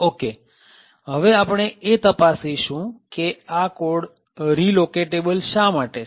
okay હવે આપણે એ તપાસીશું કે આ કોડ રેલોકેટેબલ શા માટે છે